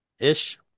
ish